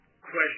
question